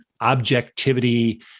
objectivity